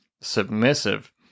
submissive